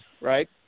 right